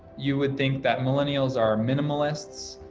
you would think that millennials are minimalists.